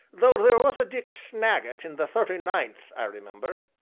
though there was a dick snagget in the thirty-ninth, i remember.